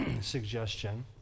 suggestion